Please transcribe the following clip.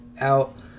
out